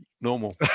normal